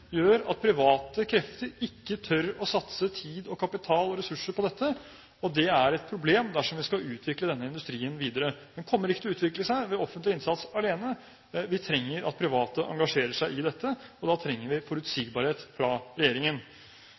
gjør at private krefter ikke tør å satse tid, kapital og ressurser på dette, og det er et problem dersom vi skal utvikle denne industrien videre. Den kommer ikke til å utvikle seg ved offentlig innsats alene. Vi trenger at private engasjerer seg i dette, og da trenger vi forutsigbarhet fra regjeringen.